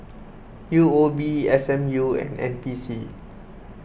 U O B S M U and N P C